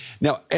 Now